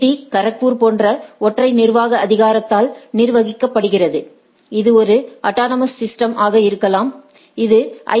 D Kharagpur போன்ற ஒற்றை நிர்வாக அதிகாரத்தால் நிர்வகிக்கப்படுகிறது இது ஒரு அட்டானமஸ் சிஸ்டம்ஸ் ஆக இருக்கலாம் இது ஐ